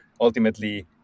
ultimately